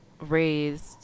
raised